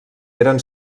eren